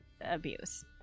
abuse